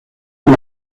una